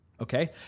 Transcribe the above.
Okay